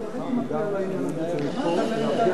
נקי.